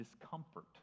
discomfort